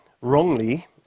wrongly